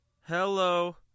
Hello